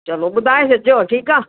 चलो ॿुधाए छॾिजो ठीकु आहे